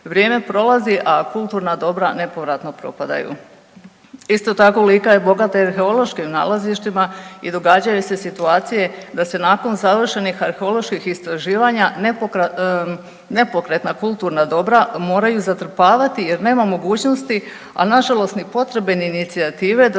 Vrijeme prolazi, a kulturna dobra nepovratno propadaju. Isto tako Lika je bogata i arheološkim nalazištima i događaju se situacije da se nakon završenih arheoloških istraživanja nepokretna kulturna dobra moraju zatrpavati jer nema mogućnosti, a na žalost ni potrebe, ni inicijative da